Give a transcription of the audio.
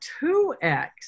2X